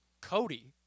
Cody